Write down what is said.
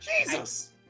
Jesus